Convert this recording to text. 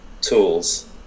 tools